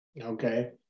Okay